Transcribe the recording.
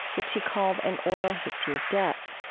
which he called an oral history of death.